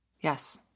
Yes